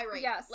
Yes